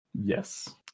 Yes